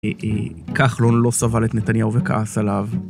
כך לא סבל את נתניהו וכעס עליו.